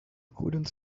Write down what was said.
couldn’t